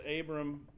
Abram